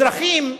אזרחים,